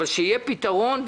אבל שיהיה פתרון.